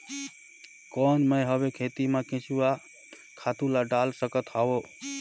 कौन मैं हवे खेती मा केचुआ खातु ला डाल सकत हवो?